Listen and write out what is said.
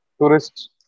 tourists